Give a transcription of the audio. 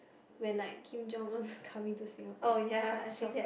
when like Kim-Jong-Un is coming to Singapore is quite shock